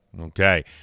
okay